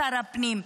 שר הפנים,